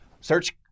Search